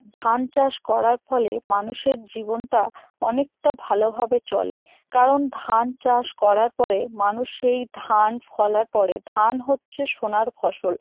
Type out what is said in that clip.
ধান চাষ করার ফলে মানুষের জীবনটা অনেকটা ভালোভাবে চলে কারণ ধান চাষ করার পরে মানুষ সেই ধান ফলার পরে ধান হচ্ছে সোনার ফসল